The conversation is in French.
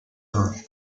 rhin